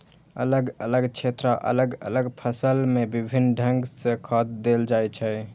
अलग अलग क्षेत्र आ अलग अलग फसल मे विभिन्न ढंग सं खाद देल जाइ छै